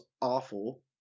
awful